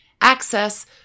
access